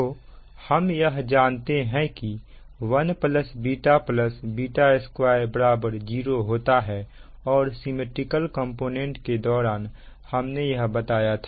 तो हम यह जानते हैं कि यह 1 β β2 0 होता है और सिमिट्रिकल कंपोनेंट के दौरान हमने यह बताया था